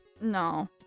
No